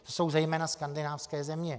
To jsou zejména skandinávské země.